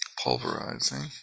pulverizing